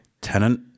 Tenant